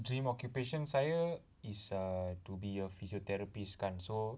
dream occupation saya is err to be a physiotherapist kan so